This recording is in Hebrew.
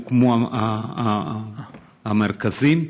הוקמו המרכזים,